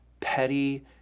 petty